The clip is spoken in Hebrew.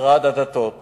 משרד הדתות